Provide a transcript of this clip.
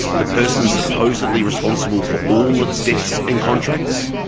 the person supposedly responsible for all its debts and contracts?